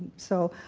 so,